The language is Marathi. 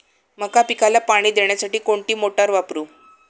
मका पिकाला पाणी देण्यासाठी कोणती मोटार वापरू?